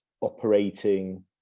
operating